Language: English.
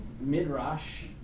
midrash